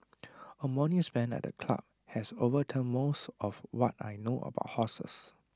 A morning spent at the club has overturned most of what I know about horses